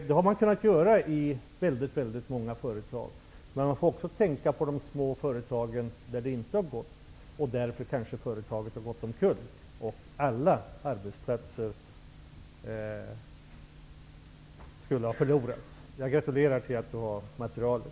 Det har man kunnat göra i väldigt många företag. Man får också tänka på de små företagen där det inte har gått. Företaget kanske har gått omkull, och därmed förloras alla arbetstillfällen. Jag gratulerar Hans Andersson till att han har materialet.